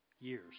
years